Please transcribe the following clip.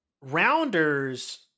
Rounders